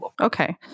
Okay